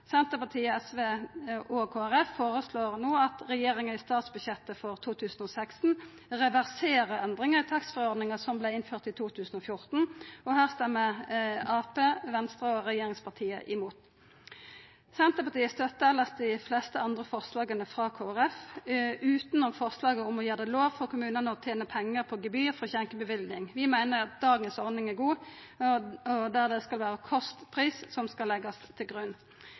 Senterpartiet, SV og Kristeleg Folkeparti føreslår no at regjeringa i statsbudsjettet for 2016 reverserer endringa i taxfree-ordninga som vart innført i 2014. Her stemmer Arbeidarpartiet, Venstre og regjeringspartia imot. Senterpartiet støttar elles dei fleste andre forslaga frå Kristeleg Folkeparti, utanom forslaget om å gjera det lovleg for kommunane å tena pengar på gebyr for skjenkjeløyve. Vi meiner at dagens ordning, der det er kostpris som skal leggjast til grunn,